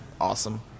awesome